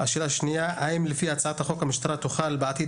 השאלה השנייה היא האם לפי הצעת החוק המשטרה תוכל בעתיד